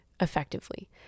effectively